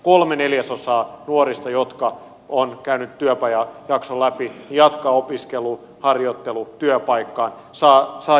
kolme neljäsosaa nuorista jotka ovat käyneet työpajajakson läpi jatkaa opiskelu harjoittelu työpaikkaan saa järkevän paikan